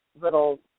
little